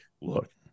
look